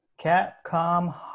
Capcom